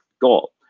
goal